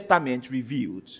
revealed